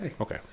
Okay